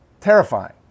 Terrifying